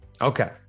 Okay